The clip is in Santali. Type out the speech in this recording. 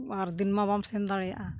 ᱟᱨ ᱫᱤᱱ ᱢᱟ ᱵᱟᱢ ᱥᱮᱱ ᱫᱟᱲᱮᱭᱟᱜᱼᱟ